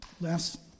last